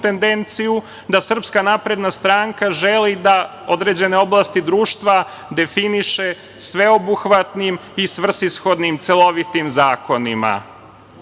da uoče tu tendenciju da SNS želi da određene oblasti društva definiše sveobuhvatnim i svrsishodnim celovitim zakonima.